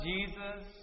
Jesus